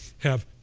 have